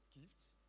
Gifts